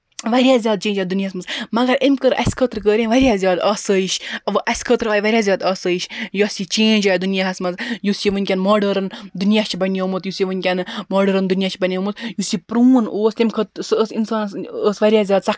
واریاہ زیادٕ چٮ۪نج آیہِ یَتھ دُنیاہَس منٛز مَگر أمۍ کٔرۍ اَسہِ خٲطرٕ کٔرۍ أمۍ واریاہ زیادٕ آسٲیِش آسہِ خٲطرٕ آیہِ واریاہ زیادٕ آسٲیِش یۄس یہِ چٮ۪نج آیہِ دُنیاہَس منٛز یُس یہِ ؤنکٮ۪ن ماڈٲرٕن دُنیاہ چھُ بَنٮ۪ومُت یُس یہِ ؤنکٮ۪ن ماڈٲرٕن دُنیاہ چھُ نَنٮ۪ومُت یُس یہِ پرون اوس سُہ ٲسۍ اِنسان سٔندۍ خٲطرٕ ٲسۍ واریاہ زیادٕ سختی